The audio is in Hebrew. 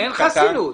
אין חסינות.